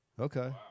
Okay